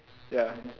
ya